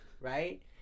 right